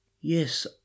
Yes